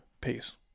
Peace